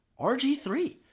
RG3